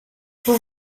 vous